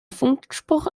funkspruch